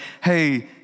hey